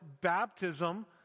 baptism